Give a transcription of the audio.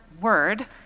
word